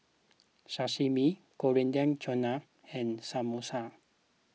Sashimi Coriander Chutney and Samosa